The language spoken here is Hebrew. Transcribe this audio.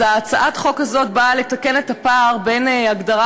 הצעת החוק הזאת באה לתקן את הפער בין הגדרת